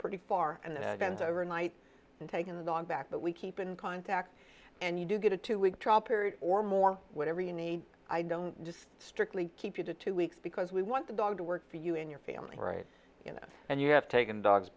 pretty far in advance overnight and taking the dog back but we keep in contact and you do get a two week trial period or more whatever you need i don't just strictly keep you to two weeks because we want the dog to work for you in your family right and you have taken dogs